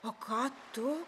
o ką tu